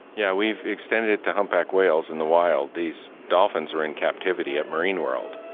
yeah we've extended it to humpback whales in the wild. these dolphins are in captivity at marine world.